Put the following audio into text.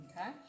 Okay